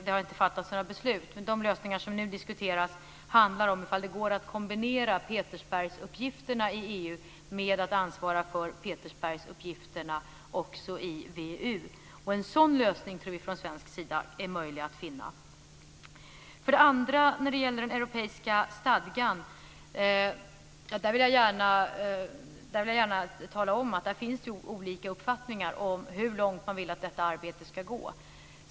Det har inte fattats några beslut, men de lösningar som nu diskuteras gäller om det går att kombinera Petersbergsuppgifterna i EU med att ansvara för Petersbergsuppgifterna också i VEU. En sådan lösning tror vi från svensk sida är möjlig att finna. När det för det andra gäller den europeiska stadgan vill jag gärna tala om att det finns olika uppfattningar om hur långt man vill att detta arbete ska gå.